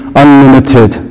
unlimited